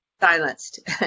silenced